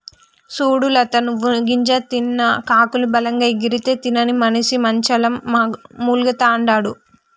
సూడు లత నువ్వు గింజ తిన్న కాకులు బలంగా ఎగిరితే తినని మనిసి మంచంల మూల్గతండాడు